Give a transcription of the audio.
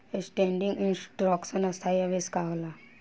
Standing instruction स्थाई आदेश का होला?